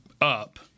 up